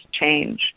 change